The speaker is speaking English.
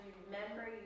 remember